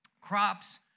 crops